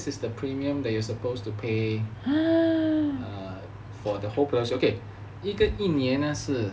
this is the premium that you are supposed to pay err for the whole okay 一个一年是